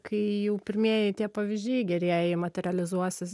kai jau pirmieji tie pavyzdžiai gerieji materializuosis